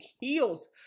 Heels